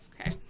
Okay